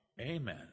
Amen